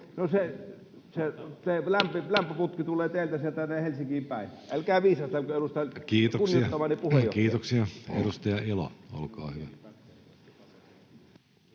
koputtaa] tulee sieltä teiltä Helsinkiin päin. Älkää viisastelko, edustaja ja kunnioittamani puheenjohtaja. Kiitoksia. — Edustaja Elo, olkaa hyvä.